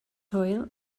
hwyl